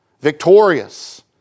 victorious